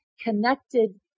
connected